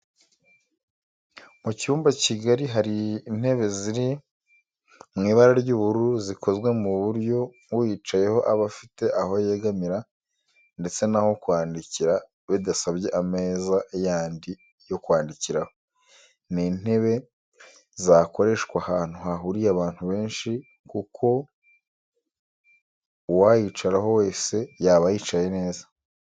Mu cyumba kigari hari intebe ziri mu ibara ry'ubururu zikozwe ku buryo uyicayeho aba afite aho yegamira ndetse n'aho kwandikira bidasabye ameza yandi yo kwandikiraho. Ni intebe zakoreshwa ahantu hahuriye abantu benshi kuko uwayicaraho wese yaba yicaye neza.